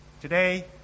today